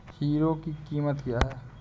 Hero की कीमत क्या है?